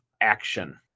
action